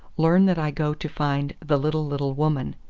learn that i go to find the little-little woman,